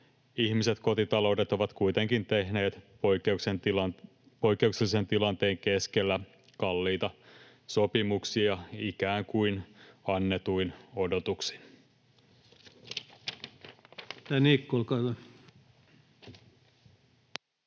ihmiset, kotitaloudet, ovat kuitenkin tehneet poikkeuksellisen tilanteen keskellä kalliita sopimuksia ikään kuin annetuin odotuksin.